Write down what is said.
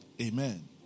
Amen